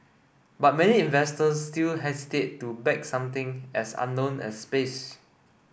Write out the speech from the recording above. but many investors still hesitate to back something as unknown as space